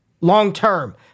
long-term